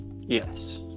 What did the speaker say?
yes